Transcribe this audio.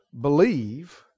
believe